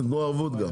תתנו גם ערבות.